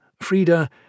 Frida